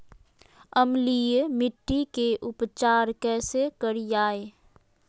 अम्लीय मिट्टी के उपचार कैसे करियाय?